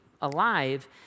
alive